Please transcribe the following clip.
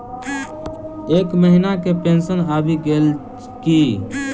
एहि महीना केँ पेंशन आबि गेल की